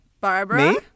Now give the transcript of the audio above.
Barbara